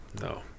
No